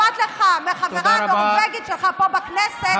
אם אכפת לך מהחברה הנורבגית שלך פה בכנסת,